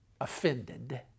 offended